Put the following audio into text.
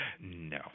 No